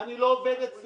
עשר שנים אני עובד אתם.